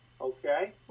Okay